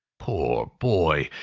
poor boy!